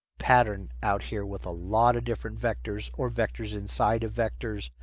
pattern out here, with a lot of different vectors, or vectors inside of vectors,